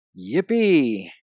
Yippee